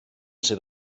sydd